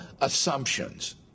assumptions